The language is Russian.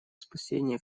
спасения